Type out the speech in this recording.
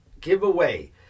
giveaway